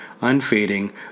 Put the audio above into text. unfading